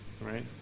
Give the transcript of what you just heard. right